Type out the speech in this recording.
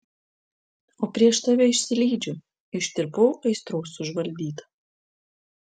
o prieš tave išsilydžiau ištirpau aistros užvaldyta